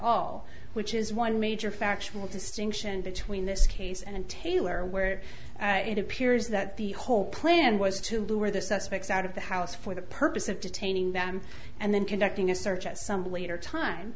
all which is one major factual distinction between this case and taylor where it appears that the whole plan was to lure the suspects out of the house for the purpose of detaining them and then conducting a search at some later time